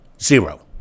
zero